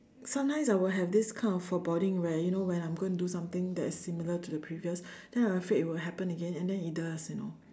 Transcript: sometimes I will have this kind of foreboding where you know when I'm gonna do something that is similar to the previous then I'm afraid it will happen and then it does you know